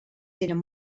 tenen